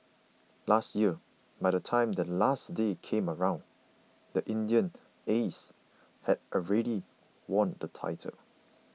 last year by the time the last day came around the Indian Aces had already won the title